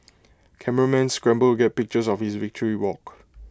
cameramen scramble to get pictures of his victory walk